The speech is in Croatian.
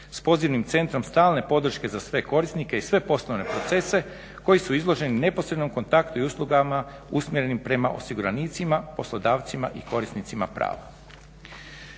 s pozivnom, centrom stalne podrške za sve korisnike i sve poslovene procese koji su izloženi neposrednom kontaktu i uslugama usmjerenim prema osiguranicima, poslodavcima i korisnicima prava.